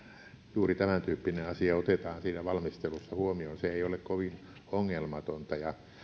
juuri tämäntyyppinen asia otetaan siinä valmistelussa huomioon se ei ole kovin ongelmatonta